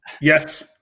Yes